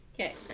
Okay